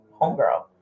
homegirl